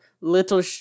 little